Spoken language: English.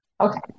Okay